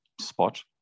spot